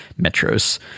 metros